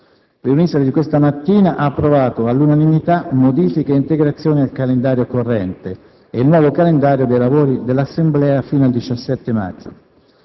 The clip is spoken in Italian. riunitasi questa mattina, ha approvato all'unanimità modifiche e integrazioni al calendario corrente e il nuovo calendario dei lavori dell'Assemblea fino al 17 maggio.